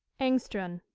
engstrand.